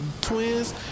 twins